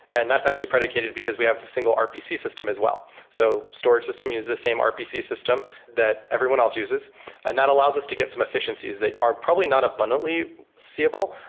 and that's actually predicated because we have a single rpc system as well. so storage storage system uses the same rpc system that everyone else uses and that allows us to get some efficiencies that are probably not abundantly seeable,